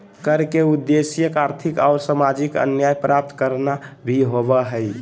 कर के उद्देश्य आर्थिक और सामाजिक न्याय प्राप्त करना भी होबो हइ